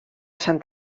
sant